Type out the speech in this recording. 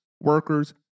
workers